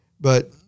but-